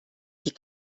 die